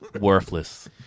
Worthless